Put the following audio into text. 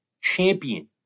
champion